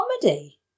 comedy